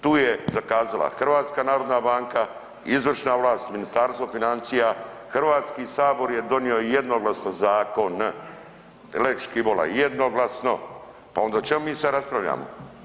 Tu je zakazala HNB, izvršna vlast, Ministarstvo financija, Hrvatski sabor je donio jednoglasno zakon, lex Škibola, jednoglasno, pa onda o čemu mi sad raspravljamo.